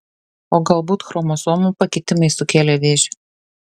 o galbūt chromosomų pakitimai sukėlė vėžį